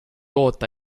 oota